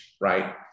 right